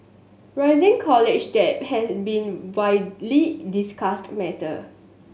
rising college debt has been widely discussed matter